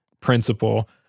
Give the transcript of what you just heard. principle